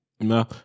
No